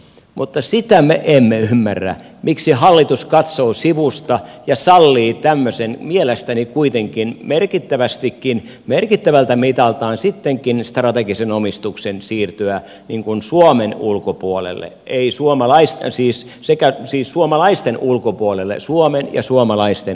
mutta sitä me emme ymmärrä miksi hallitus katsoo sivusta ja sallii tämmöisen mielestäni kuitenkin merkittävästikin merkittävältä mitaltaan sittenkin strategisen omistuksen siirtyä suomen ulkopuolelle ei suomalaisten siis se kä siis suomalaisten ulkopuolelle suomen ja suomalaisten ulkopuolelle